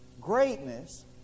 Greatness